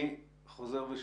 אני חוזר ושואל.